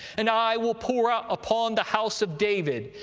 and i will pour ah upon the house of david,